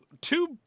two